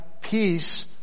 peace